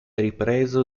ripreso